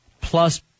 plus